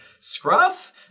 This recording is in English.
scruff